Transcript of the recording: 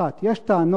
1. יש טענות